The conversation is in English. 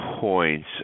points